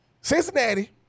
Cincinnati